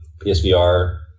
PSVR